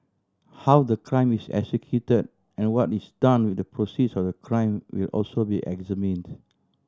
how the crime is executed and what is done with the proceeds of the crime will also be examined